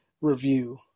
review